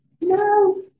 no